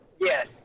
Yes